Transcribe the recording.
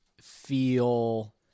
feel